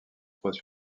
trois